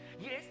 Yes